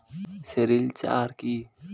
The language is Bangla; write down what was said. সেরিলচার কি?